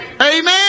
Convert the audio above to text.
Amen